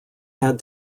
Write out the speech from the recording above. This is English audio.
had